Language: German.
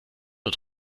nur